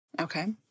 Okay